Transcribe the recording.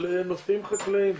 על נושאים חקלאיים.